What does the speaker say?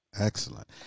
Excellent